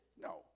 No